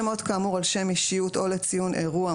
בסופה יבוא "נקראו שמות כאמור על שם אישיות או לציון אירוע,